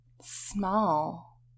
small